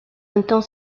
entend